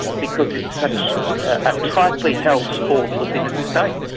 because it's such a tightly held sport within its states.